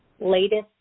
latest